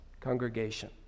congregation